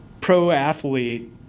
pro-athlete